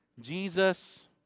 Jesus